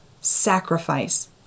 sacrifice